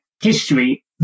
history